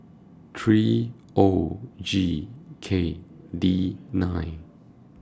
three O G K D nine